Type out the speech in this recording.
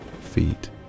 feet